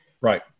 Right